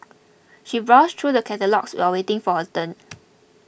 she browsed through the catalogues while waiting for her turn